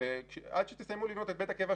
בפועל יש מלחמות בין הקיבוץ